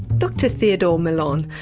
dr theodore millon,